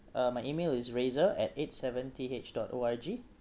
uh my email is razor at eight seven T H dot O R G